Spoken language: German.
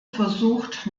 versucht